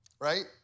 Right